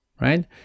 right